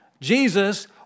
Jesus